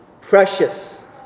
Precious